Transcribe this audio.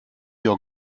your